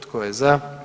Tko je za?